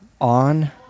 on